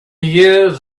years